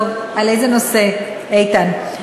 טוב, על איזה נושא, איתן?